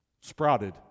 sprouted